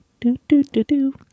Do-do-do-do